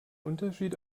unterschied